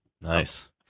nice